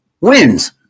wins